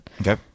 Okay